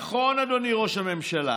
נכון, אדוני ראש הממשלה,